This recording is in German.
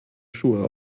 schuhe